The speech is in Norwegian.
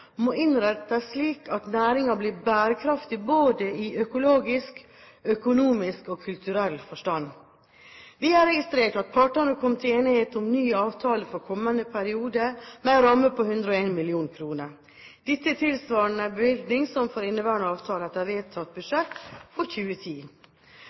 må innrettes slik at næringen blir bærekraftig både i økologisk, økonomisk og kulturell forstand. Vi har registrert at partene kom til enighet om ny avtale for kommende periode med en ramme på 101 mill. kr. Dette er tilsvarende bevilgning som for inneværende avtale etter vedtatt